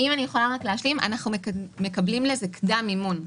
אנחנו מקבלים לזה קדם מימון.